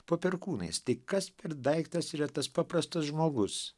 po perkūnais tik kas per daiktas yra tas paprastas žmogus